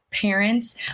parents